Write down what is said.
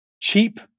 cheap